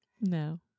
No